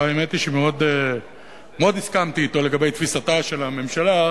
שהאמת היא שמאוד הסכמתי אתו לגבי תפיסתה של הממשלה,